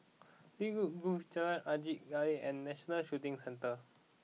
Lynwood Grove Jalan Angin Laut and National Shooting Centre